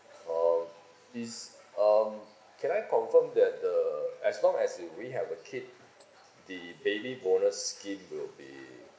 um this um can I confirm that the as long as uh we have a kid the baby bonus scheme will be